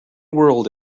whirled